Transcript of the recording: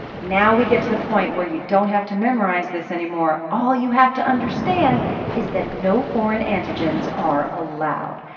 now we get to the point where you don't have to memorize this anymore. all you have to understand is that no foreign antigens are allowed.